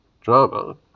drama